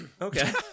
Okay